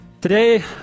Today